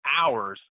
hours